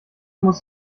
muss